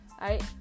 right